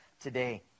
today